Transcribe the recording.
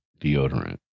deodorant